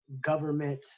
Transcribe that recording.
government